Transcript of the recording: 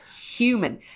human